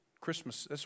Christmas